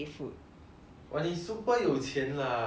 !wah! 你 super 有钱 lah please